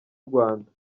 rwanda